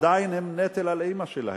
עדיין הם נטל על האמא שלהם.